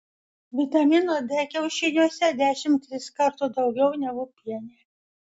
vitamino d kiaušiniuose dešimtis kartų daugiau negu piene